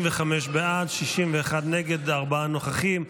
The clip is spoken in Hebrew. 35 בעד, 61 נגד וארבעה נוכחים.